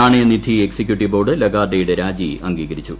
നാണയനിധി executive board ലഗാർഡേയുടെ രീജി അംഗീകരിച്ചു